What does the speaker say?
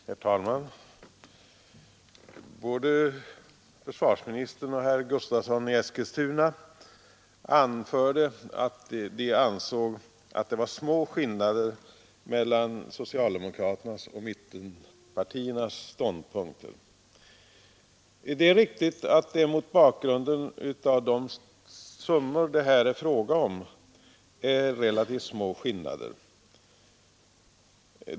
Herr talman! Både försvarsministern och herr Gustavsson i Eskilstuna anförde att de ansåg att det var små skillnader mellan socialdemokraternas och mittenpartiernas ståndpunkter. Det är riktigt att det mot bakgrunden av de summor det är fråga om är relativt små skillnader.